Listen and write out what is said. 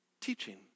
Teaching